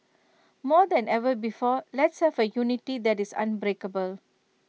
more than ever before let's have A unity that is unbreakable